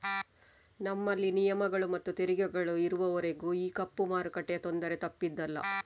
ನಮ್ಮಲ್ಲಿ ನಿಯಮಗಳು ಮತ್ತು ತೆರಿಗೆಗಳು ಇರುವವರೆಗೂ ಈ ಕಪ್ಪು ಮಾರುಕಟ್ಟೆಯ ತೊಂದರೆ ತಪ್ಪಿದ್ದಲ್ಲ